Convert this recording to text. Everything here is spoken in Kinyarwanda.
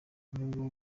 n’ubwo